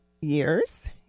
years